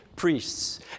Priests